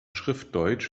schriftdeutsch